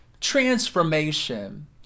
transformation